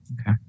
Okay